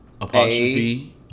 apostrophe